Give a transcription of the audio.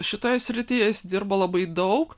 šitoje srityje jis dirba labai daug